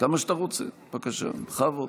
בבקשה, בכבוד.